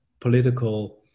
political